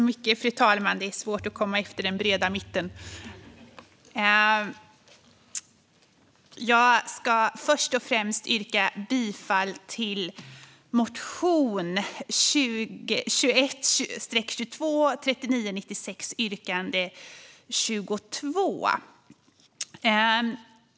Fru talman! Det är svårt att komma efter den breda mitten. Först och främst yrkar jag bifall till motion 2021/22:3996, yrkande 22.